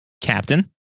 Captain